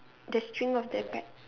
the string of the kite